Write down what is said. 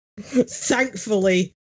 Thankfully